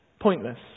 pointless